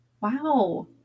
Wow